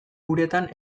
uretan